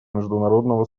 международного